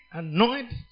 annoyed